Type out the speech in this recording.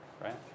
right